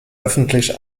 öffentlich